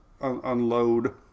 unload